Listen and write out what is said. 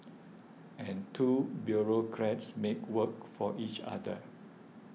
and two bureaucrats make work for each other